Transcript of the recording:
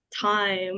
time